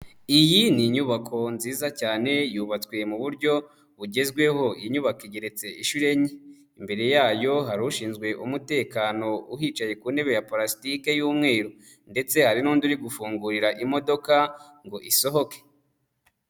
Iyi ni inyubako nziza cyane yubatswe mu buryo bugezweho, iyi nyubako igeretse ishuro enye, imbere yayo hari ushinzwe umutekano uhicaye ku ntebe ya purasitiki y'umweru ndetse hari n'undi uri gufungurira imodoka ngo isohoke.